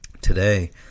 today